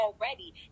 already